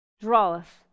draweth